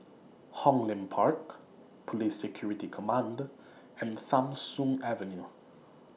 Hong Lim Park Police Security Command and Tham Soong Avenue